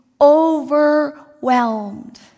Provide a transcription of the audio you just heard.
overwhelmed